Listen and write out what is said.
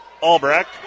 Albrecht